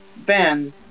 Ben